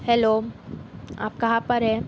hello آپ کہاں پر ہے